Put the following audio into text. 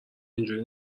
اینجوری